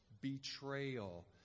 betrayal